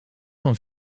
van